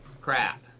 crap